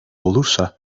olursa